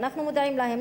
ואנחנו מודעים להם,